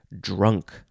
drunk